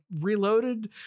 Reloaded